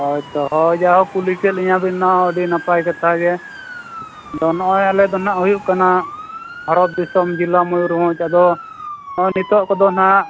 ᱦᱳᱭ ᱛᱚ ᱦᱳᱭ ᱡᱟᱭᱦᱳᱠ ᱠᱩᱞᱤ ᱠᱮᱜ ᱞᱤᱧᱟ ᱵᱤᱱ ᱚᱱᱟ ᱦᱚᱸ ᱟᱹᱰᱤ ᱱᱟᱯᱟᱭᱠᱟᱛᱷᱟ ᱜᱮ ᱟᱫᱚ ᱱᱚᱜᱼᱚᱸᱭ ᱟᱞᱮ ᱫᱚ ᱦᱟᱸᱜ ᱦᱩᱭᱩᱜ ᱠᱟᱱᱟ ᱵᱷᱟᱨᱚᱛ ᱫᱤᱥᱚᱢ ᱡᱤᱞᱟ ᱢᱚᱭᱩᱨᱵᱷᱚᱸᱡᱽ ᱟᱫᱚ ᱱᱚᱜᱼᱚᱸᱭ ᱱᱤᱛᱳᱜ ᱠᱚᱫᱚ ᱦᱟᱸᱜ